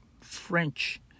French